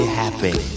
happy